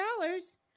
dollars